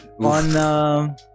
on